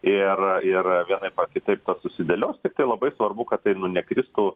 ir ir vienaip ar kitaip susidėlios tiktai labai svarbu kad tai nu nekristų